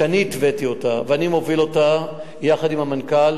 שאני התוויתי אותה ואני מוביל אותה יחד עם המנכ"ל,